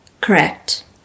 Correct